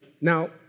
Now